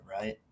right